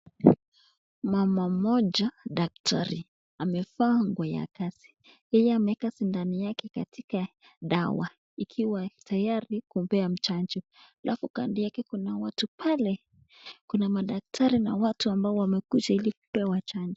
Mama mmoja daktari, amevaa nguo ya kazi. Yeye ameweka sindano katika dawa ikiwa tayari kupea mchanjo halafu kando yake kuna watu pale kuna madaktari na watu ambao wamelija ili kupewa chanjo.